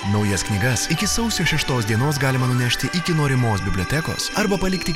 naujas knygas iki sausio šeštos dienos galima nunešti iki norimos bibliotekos arba palikti